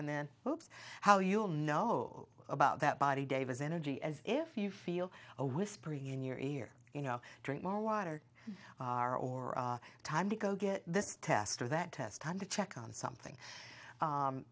and then hopes how you'll know about that body davis energy as if you feel a whispering in your ear you know drink more water are or are time to go get this test or that test under check on something